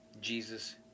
Jesus